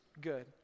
good